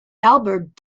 albert